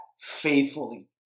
faithfully